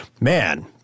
man